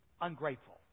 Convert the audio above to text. Ungrateful